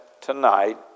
tonight